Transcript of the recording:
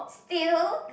fail